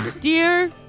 Dear